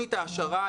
בתוכנית ההעשרה,